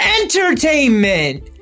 Entertainment